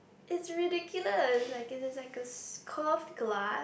it's ridiculous like it is like a curved glass